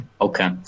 Okay